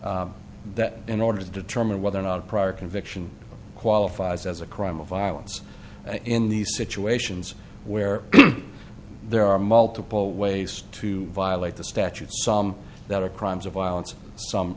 that in order to determine whether or not a prior conviction qualifies as a crime of violence in these situations where there are multiple ways to violate the statutes that are crimes of violence or some